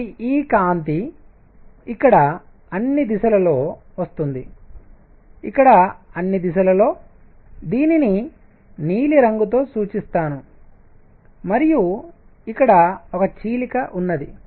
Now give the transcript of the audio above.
కాబట్టి ఈ కాంతి ఇక్కడ అన్ని దిశలలో వస్తుంది ఇక్కడ అన్ని దిశలలో దీనిని నీలిరంగుతో సూచిస్తాను మరియు ఇక్కడ ఒక చీలిక ఉన్నది